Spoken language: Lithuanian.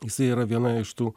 jisai yra viena iš tų